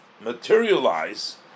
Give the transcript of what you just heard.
materialize